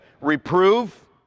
Reprove